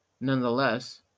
nonetheless